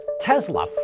Tesla